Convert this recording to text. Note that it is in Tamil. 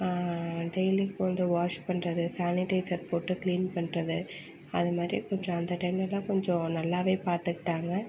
டெய்லிக்கும் வந்து வாஷ் பண்ணுறது சானிடைசர் போட்டு க்ளீன் பண்ணுறது அத மாரி கொஞ்சம் அந்த டைம்லலாம் கொஞ்சம் நல்லாவே பார்த்துக்கிட்டாங்க